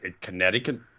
Connecticut